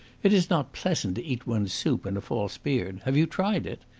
it is not pleasant to eat one's soup in a false beard. have you tried it?